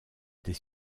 des